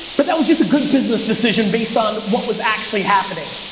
but that was just a good business decision based on what was actually happening.